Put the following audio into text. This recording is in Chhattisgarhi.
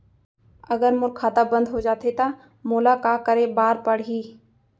अगर मोर खाता बन्द हो जाथे त मोला का करे बार पड़हि?